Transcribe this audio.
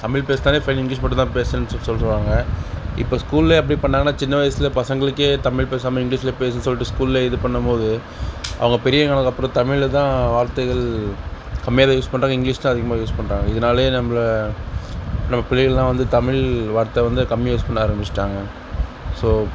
தமிழ் பேசினாலே fine English மட்டும் தான் பேசணுனு சொல்லி சொல்வாங்க இப்போ ஸ்கூல்லேயே அப்படி பண்ணிணாங்கனா சின்ன வயசில் பசங்களுக்கு தமிழ் பேசாமல் இங்கிலீஷில் பேச சொல்லிட்டு ஸ்கூல்லேயே இது பண்ணும் போது அவங்க பெரியவங்க ஆனதுக்கு அப்புறம் தமிழில் தான் வார்தைகள் கம்மியாக தான் யூஸ் பண்றாங்க இங்கிலீஷ் தான் அதிகமாக யூஸ் பண்ணுறாங்க இதனாலேயே நம்மள நம்ம பிள்ளைகள்லாம் வந்து தமிழ் வார்த்தை வந்து கம்மியாக யூஸ் பண்ண ஆரம்மிச்சிட்டாங்க ஸோ